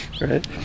Right